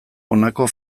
honako